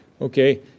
Okay